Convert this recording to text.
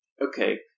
Okay